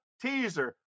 teaser